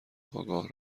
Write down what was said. آگاه